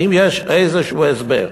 האם יש איזשהו הסבר?